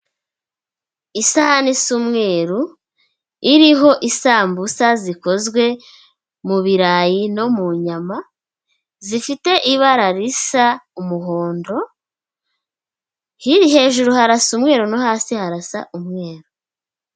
Isahani isaumweru, iriho isambusa zikozwe mu birarayi no mu nyama, zifite ibara risa umuhondo, hiri hejuru harasa umweru no hasi harasa umweru.